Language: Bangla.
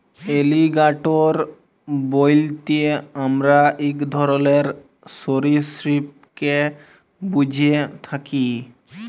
এলিগ্যাটোর বইলতে আমরা ইক ধরলের সরীসৃপকে ব্যুঝে থ্যাকি